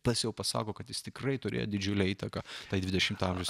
tas jau pasako kad jis tikrai turėjo didžiulę įtaką tai dvidešimto amžiaus